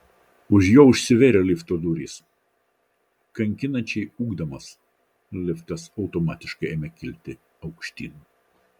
už jo užsivėrė lifto durys kankinančiai ūkdamas liftas automatiškai ėmė kilti aukštyn